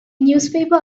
newspaper